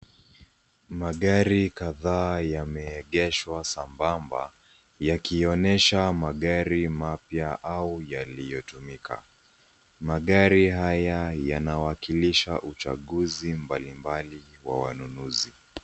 Magari kadhaa yameegeshwa sambamba, yakionyesha magari mapya au yaliyotumika. Magari haya yanawakilisha uchaguzi mbalimbali wa wanunuzi.